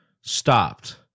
stopped